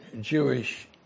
Jewish